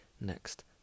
next